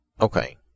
Okay